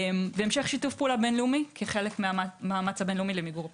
בהמשך שיתוף פעולה בין לאומי כחלק מהמאמץ הבין לאומי למיגור הפוליו.